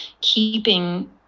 keeping